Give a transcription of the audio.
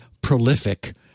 prolific